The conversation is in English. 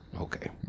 Okay